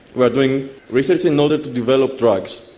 we are doing research in order to develop drugs,